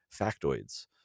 Factoids